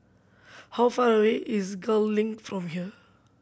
how far away is Gul Link from here